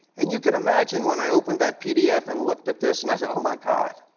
and you can imagine when i opened that pdf and looked at this and i said oh, my god,